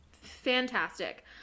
Fantastic